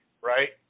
right